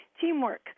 teamwork